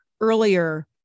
earlier